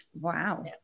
Wow